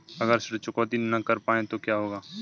अगर ऋण चुकौती न कर पाए तो क्या होगा?